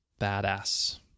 badass